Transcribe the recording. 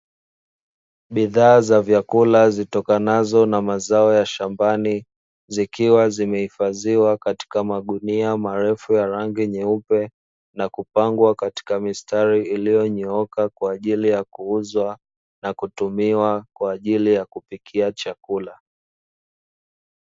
Bidhaa za vyakula zitokanazo na mazao ya shambani. Zikiwa zimehifadhiwa katika magunia marefu ya rangi nyeupe na kupangwa kwa mistari iliyonyooka, kwa ajili ya kuuza na kutumiwa kwa ajili ya kupikia chakula.